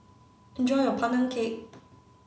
enjoy your Pandan cake